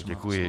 Děkuji.